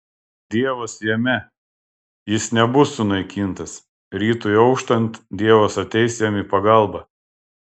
dievas jame jis nebus sunaikintas rytui auštant dievas ateis jam į pagalbą